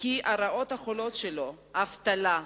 שהרעות החולות שלו, האבטלה,